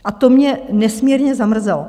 A to mě nesmírně zamrzelo.